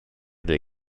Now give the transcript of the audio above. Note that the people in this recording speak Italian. del